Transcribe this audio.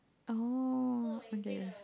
oh okay